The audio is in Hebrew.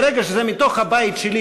ברגע שזה מתוך הבית שלי,